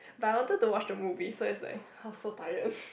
but I wanted to watch the movie so it's like !ha! so tired